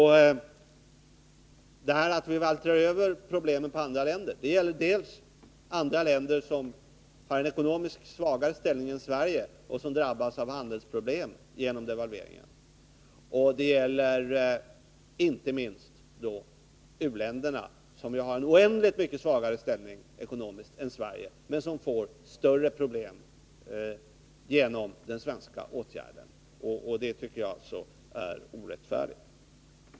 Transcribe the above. De länder som vi vältrar över problemen på är dels de som drabbas av handelsproblem genom devalveringen och som i många fall har en svagare ekonomi än Sverige, dels och inte minst u-länderna, som har en ekonomiskt oändligt mycket svårare ställning än vi. Och det tycker jag är orättfärdigt.